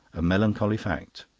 a melancholy fact!